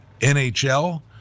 NHL